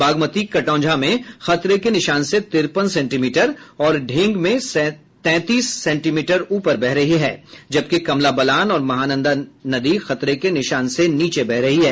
बागमती कटौंझा में खतरे के निशान से तिरपन सेंटीमीटर और ढ़ेंग में तैंतीस सेंटीमीटर ऊपर बह रही है जबकि कमला बलान और महानदी खतरे के निशान से नीचे बह रही है